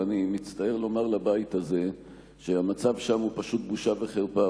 ואני מצטער לומר לבית הזה שהמצב שם הוא פשוט בושה וחרפה.